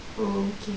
oh okay